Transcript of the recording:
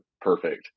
perfect